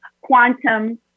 quantum